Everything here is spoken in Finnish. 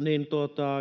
niin